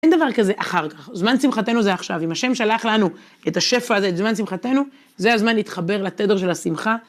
אין דבר כזה אחר כך, זמן שמחתנו זה עכשיו. אם השם שלח לנו את השפע הזה, את זמן שמחתנו, זה הזמן להתחבר לתדר של השמחה.